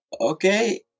Okay